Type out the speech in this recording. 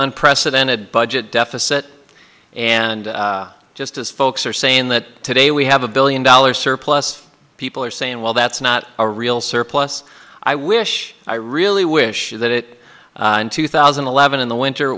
unprecedented budget deficit and just as folks are saying that today we have a billion dollar surplus people are saying well that's not a real surplus i wish i really wish that it in two thousand and eleven in the winter